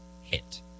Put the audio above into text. hit